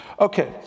Okay